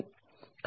కాబట్టి λ 0